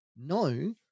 No